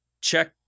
Check